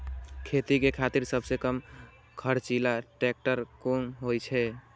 खेती के खातिर सबसे कम खर्चीला ट्रेक्टर कोन होई छै?